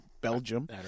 Belgium